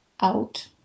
out